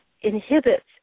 inhibits